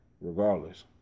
regardless